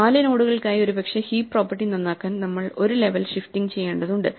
4 നോഡുകൾക്കായി ഒരുപക്ഷേ heap property നന്നാക്കാൻ നമ്മൾ ഒരു ലെവൽ ഷിഫ്റ്റിംഗ് ചെയ്യേണ്ടതുണ്ട്